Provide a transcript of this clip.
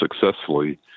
successfully